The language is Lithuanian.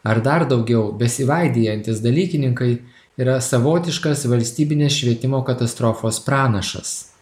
ar dar daugiau besivaidijantys dalykininkai yra savotiškas valstybinės švietimo katastrofos pranašas